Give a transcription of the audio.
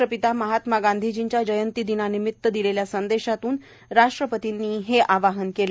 राष्ट्रपिता महात्मा गांधीजींच्या जयंतीनिमित्तानं दिलेल्या संदेशातून राष्ट्रपतींनी हे आवाहन केलं